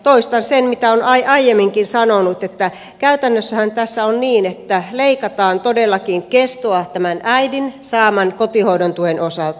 toistan sen mitä olen aiemminkin sanonut että käytännössähän on niin että tässä leikataan todellakin kestoa tämän äidin saaman kotihoidon tuen osalta